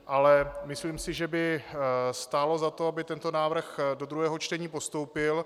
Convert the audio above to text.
Ale myslím si, že by stálo za to, aby tento návrh do druhého čtení postoupil.